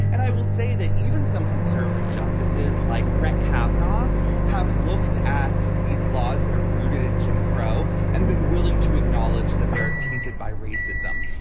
and i will say that even some conservative justices like brett kavanaugh have looked at these laws that are rooted in jim crow and been willing to acknowledge that they are tainted by racism.